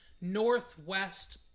northwest